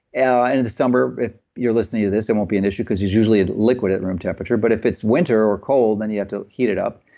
yeah and in december, if you're listening to this, it and won't be an issue because it's usually a liquid at room temperature, but if it's winter or cold, then you have to heat it up.